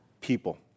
people